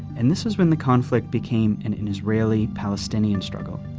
and this was when the conflict became an israeli-palestinian struggle.